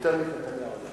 יותר מאשר את נתניהו,